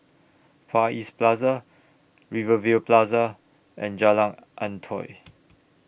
Far East Plaza Rivervale Plaza and Jalan Antoi